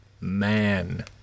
man